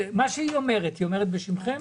מה שהיא אומרת, היא אומרת בשמכם?